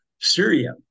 Syria